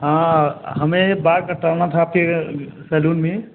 हाँ हमें बाल कटवाना था आपके सैलून में